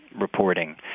reporting